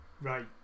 Right